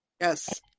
Yes